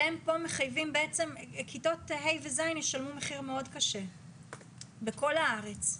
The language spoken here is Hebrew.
אתם כאן מחייבים וכיתות ה' עד ז' ישלמו מחיר מאוד קשה בכל הארץ.